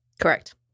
Correct